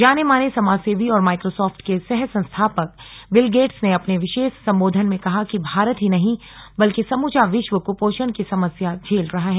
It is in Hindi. जानेमाने समाजसेवी और माइक्रोसॉफ्ट के सह संस्थापक बिल गेट्स ने अपने विशेष संबोधन में कहा कि भारत ही नहीं बल्कि समूचा विश्वष् कुपोषण की समस्या झेल रहा है